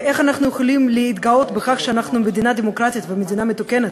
ואיך אנחנו יכולים להתגאות בכך שאנחנו מדינה דמוקרטית ומדינה מתוקנת,